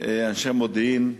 אנשי מודיעין.